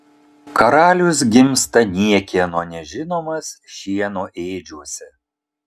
karalius gimsta niekieno nežinomas šieno ėdžiose